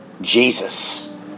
Jesus